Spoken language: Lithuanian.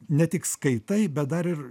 ne tik skaitai bet dar ir